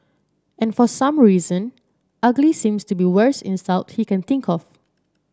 and for some reason ugly seems to be worst insult he can think of